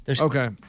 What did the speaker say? Okay